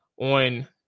on